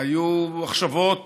היו מחשבות